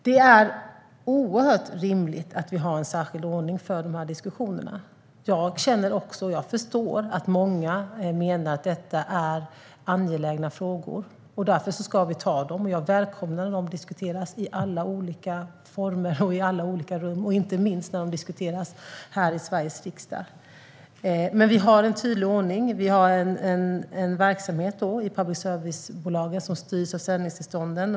Det är oerhört rimligt att vi har en särskild ordning för de här diskussionerna. Jag förstår att många menar att detta är angelägna frågor. Därför ska vi ta dem. Jag välkomnar om de diskuteras i alla olika former och i alla olika rum, inte minst här i Sveriges riksdag. Men vi har en tydlig ordning. Vi har i public service-bolagen en verksamhet som styrs av sändningstillstånden.